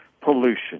pollution